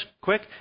quick